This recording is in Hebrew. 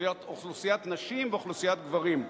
אוכלוסיית נשים ואוכלוסיית גברים.